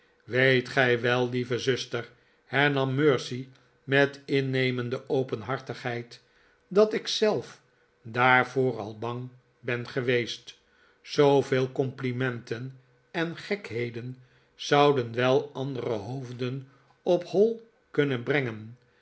weet gij wel lieve zuster hernam mercy met innemende openhartigheid tr dat ik zelf daarvoor al bang ben geweest zooveel complimenten en gekheden zouden wel andere hoofden op hoi kunnen brengen